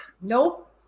Nope